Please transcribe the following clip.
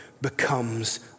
becomes